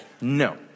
No